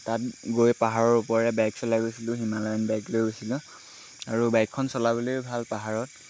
তাত গৈ পাহাৰৰ ওপৰেৰে বাইক চলাই গৈছিলোঁ হিমালয়ান বাইক লৈ গৈছিলোঁ আৰু বাইকখন চলাবলৈয়ো ভাল পাহাৰত